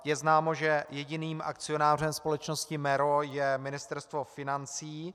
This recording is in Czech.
Je známo, že jediným akcionářem společnosti MERO je Ministerstvo financí.